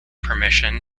permission